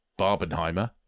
barbenheimer